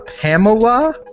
Pamela